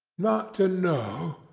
not to know,